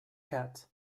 cat